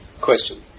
question